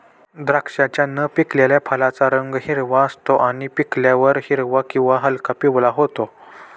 द्राक्षाच्या न पिकलेल्या फळाचा रंग हिरवा असतो आणि पिकल्यावर हिरवा किंवा हलका पिवळा होतो